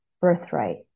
birthright